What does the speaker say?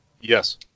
Yes